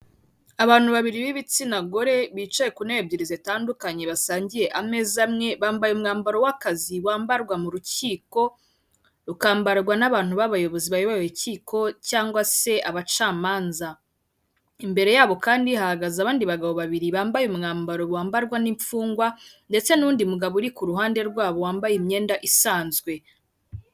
Abantu babiri b'ibitsina gore bicaye ku ntebe ebyiri zitandukanye basangiye ameza amwe bambaye umwambaro w'akazi wambarwa mu rukiko rukambarwa n'abantu babayobozi bayoboye urukiko cyangwa se abacamanza, imbere yabo kandi hahagaze abandi bagabo babiri bambaye umwambaro wambarwa n'imfungwa ndetse n'undi mugabo uri ku ruhande rwabo wambaye imyenda isanzwe.